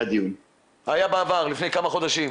היה בעבר לפני כמה חודשים.